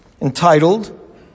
entitled